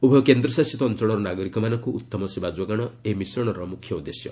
ଉଭୟ କେନ୍ଦ୍ରଶାସିତ ଅଞ୍ଚଳର ନାଗରିକମାନଙ୍କୁ ଉତ୍ତମ ସେବା ଯୋଗାଣ ଏହି ମିଶ୍ରଣର ମୁଖ୍ୟ ଉଦ୍ଦେଶ୍ୟ